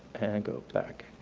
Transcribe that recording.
and go back.